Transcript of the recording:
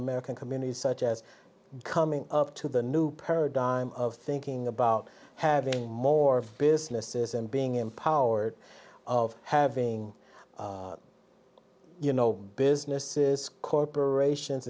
american communities such as coming up to the new paradigm of thinking about having more businesses and being empowered of having you know businesses corporations